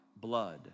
blood